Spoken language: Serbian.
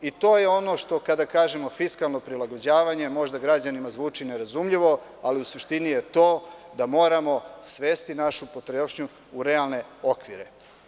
To je ono kada kažemo fiskalno prilagođavanje, možda građanima zvuči nerazumljivo, ali u suštini je to da moramo svesti našu potrošnju u realne okvire.